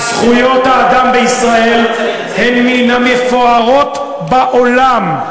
זכויות האדם בישראל הן מהמפוארות בעולם.